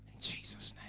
jesus